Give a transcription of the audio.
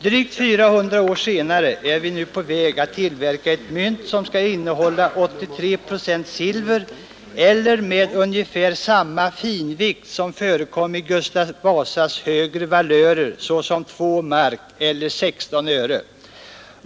Drygt 400 år senare är vi nu på väg att tillverka ett mynt, som skall innehålla 83 procent silver, dvs. med ungefär samma finvikt som förekom i de högre valörerna av Gustav Vasas mynt, såsom 2 mark eller 16 öre.